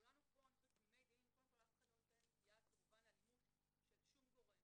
כולנו פה תמימי דעים ואף אחד כמובן לא נותן יד לאלימות של שום גורם,